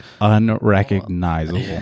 Unrecognizable